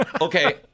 okay